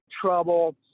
trouble